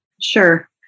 Sure